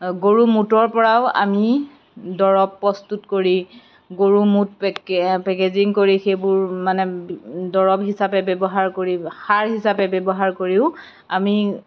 গৰু মূতৰপৰাও আমি দৰৱ প্ৰস্তুত কৰি গৰু মূত পেকেজিং কৰি সেইবোৰ মানে দৰৱ হিচাপে ব্যৱহাৰ কৰি সাৰ হিচাপে ব্যৱহাৰ কৰিও আমি